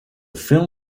film